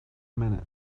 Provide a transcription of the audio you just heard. minute